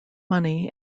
money